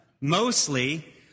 mostly